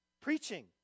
preaching